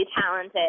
talented